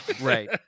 Right